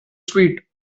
street